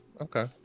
okay